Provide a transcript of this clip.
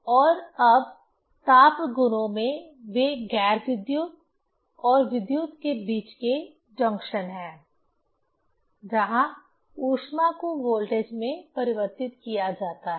और अब ताप गुणों में वे गैर विद्युत और विद्युत के बीच के जंक्शन हैं जहां ऊष्मा को वोल्टेज में परिवर्तित किया जाता है